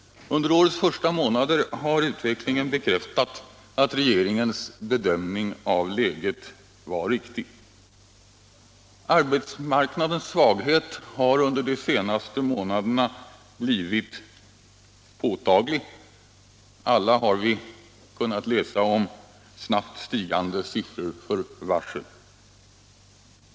Under årets första månader har utvecklingen bekräftat att regeringens bedömning av läget var riktig. Arbetsmarknadens svaghet har blivit påtaglig — vi har alla kunnat läsa om snabbt stigande siffror för varsel.